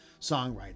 songwriting